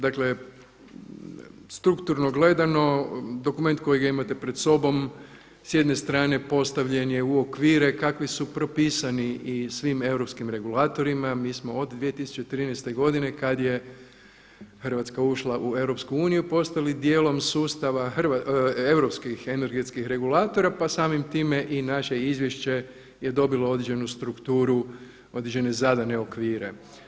Dakle strukturno gledano dokument kojeg imate pred sobom s jedne strane postavljen je u okvire kakvi su propisani i svim europskim regulatorima, mi smo od 2013. godine kada je Hrvatska ušla u EU postali dijelom europskih energetskih regulatora pa samim time i naše izvješće je dobilo određenu strukturu, određene zadane okvire.